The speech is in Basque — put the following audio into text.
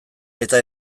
eta